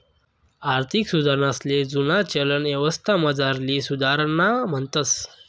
आर्थिक सुधारणासले जुना चलन यवस्थामझारली सुधारणा म्हणतंस